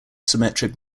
symmetric